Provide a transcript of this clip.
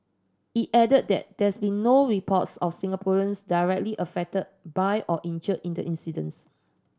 it added that there's no reports of Singaporeans directly affected by or injured in the incidents